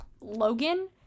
Logan